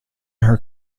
her